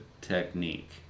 technique